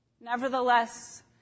Nevertheless